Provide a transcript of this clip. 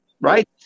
right